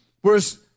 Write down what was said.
Whereas